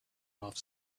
off